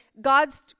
God's